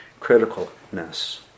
Criticalness